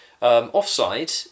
offside